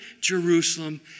Jerusalem